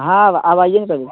ہاں اب آپ آئیے نا کبھی